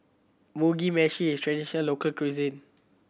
Mugi Meshi is traditional local cuisine